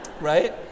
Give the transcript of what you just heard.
right